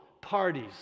parties